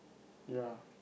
ya